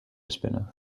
spinner